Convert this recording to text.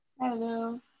Hello